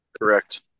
Correct